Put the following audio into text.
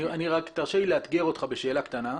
תרשה לי לאתגר אותך בשאלה קטנה.